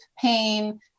pain